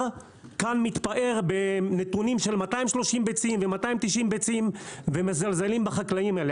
כאן מתפאר בנתונים של 230 ביצים ו-290 ביצים ומזלזלים בחקלאים האלה.